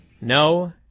No